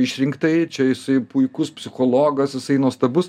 išrinktąjį čia jisai puikus psichologas jisai nuostabus